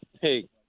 Hey